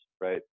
right